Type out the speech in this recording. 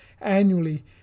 annually